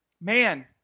Man